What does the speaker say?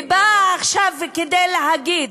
ובאה עכשיו כדי להגיד: